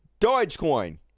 Dogecoin